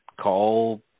call